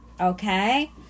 okay